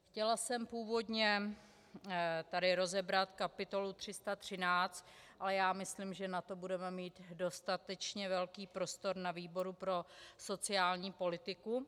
Chtěla jsem původně tady rozebrat kapitolu 313, ale myslím, že na to budeme mít dostatečně velký prostor na výboru pro sociální politiku.